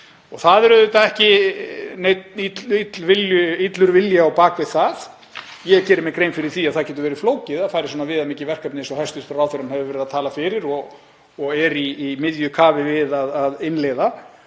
Það er ekki neinn illur vilji á bak við það. Ég geri mér grein fyrir því að það getur verið flókið að fara í svona viðamikil verkefni eins og hæstv. ráðherrann hefur verið að tala fyrir og er í miðju kafi við að innleiða.